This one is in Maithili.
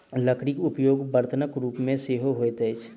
लकड़ीक उपयोग बर्तनक रूप मे सेहो होइत अछि